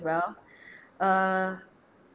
well err